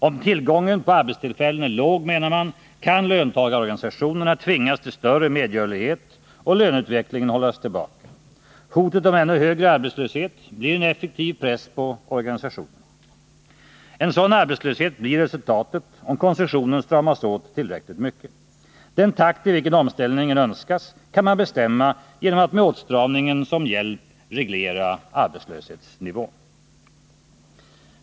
Om tillgången på arbetstillfällen är låg, menar man, kan löntagarorganisationerna tvingas till större medgörlighet och löneutvecklingen hållas tillbaka. Hotet om ännu högre arbetslöshet blir en effektiv press på organisationerna. En sådan arbetslöshet blir resultatet om konsumtionen stramas åt tillräckligt mycket. Den takt i vilken omställningen önskas kan man bestämma genom att med åtstramningen som hjälp reglera arbetslöshetsnivån.